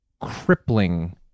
crippling